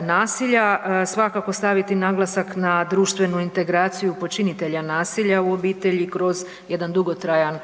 nasilja. Svakako staviti naglasak na društvenu integraciju počinitelja nasilja u obitelji kroz jedan dugotrajan